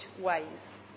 ways